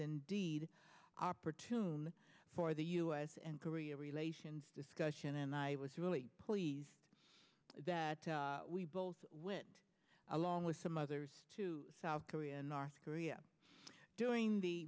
indeed opportune for the u s and korea relations discussion and i was really pleased that we both went along with some others to south korea and north korea during the